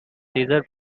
caesar